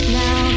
now